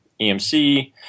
EMC